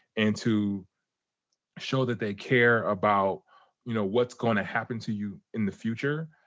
and to show that they care about you know what's going to happen to you in the future,